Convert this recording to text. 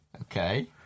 Okay